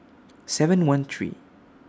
seven one three